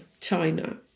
China